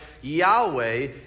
Yahweh